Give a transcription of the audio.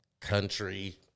country